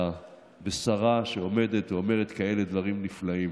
בשרה שעומדת ואומרת כאלה דברים נפלאים.